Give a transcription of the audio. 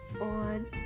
on